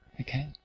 Okay